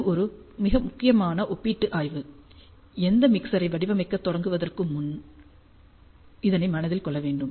இது ஒரு மிக முக்கியமான ஒப்பீட்டு ஆய்வு எந்த மிக்சரை வடிவமைக்க தொடங்குவதற்கு முன் இதனை மனதில் கொள்ள வேண்டும்